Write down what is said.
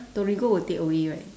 torigo will takeaway right